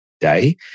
day